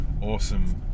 awesome